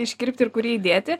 iškirpti ir kurį įdėti